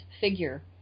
figure